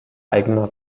eigener